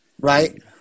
right